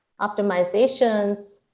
optimizations